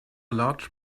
large